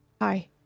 Hi